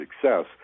success